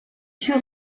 sur